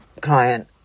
client